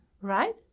right